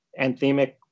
anthemic